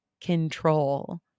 control